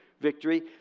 victory